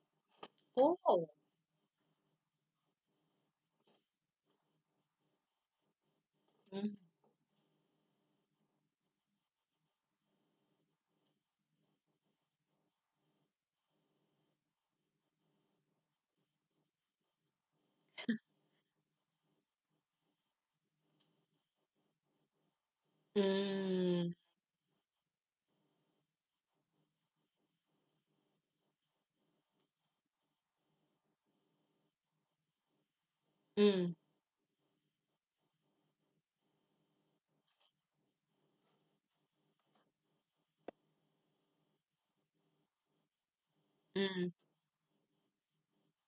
oh mm mm mm mm